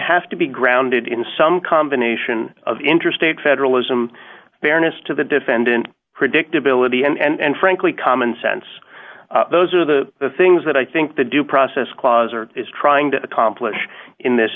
have to be grounded in some combination of intrastate federalism fairness to the defendant predictability and frankly common sense those are the the things that i think the due process clause or is trying to accomplish in this